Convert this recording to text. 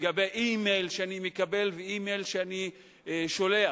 לגבי אימייל שאני מקבל ואימייל שאני שולח.